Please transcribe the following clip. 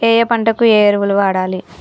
ఏయే పంటకు ఏ ఎరువులు వాడాలి?